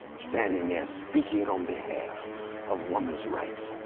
standing there speaking on behalf of women's rights.